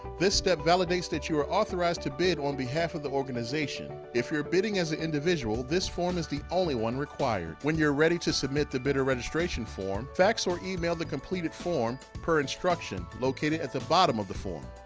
this step validates that you are authorized to bid on behalf of the organization. if you're bidding as an individual, this form is the only one required. when you're ready to submit the bidder registration form, fax or email the completed form per instruction located at the bottom of the form.